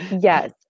Yes